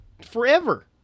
forever